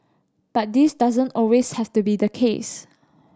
but this doesn't always have to be the case